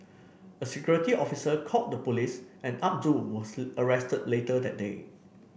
a security officer called the police and Abdul was arrested later that day